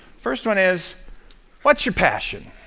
first one is what's your passion?